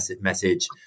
message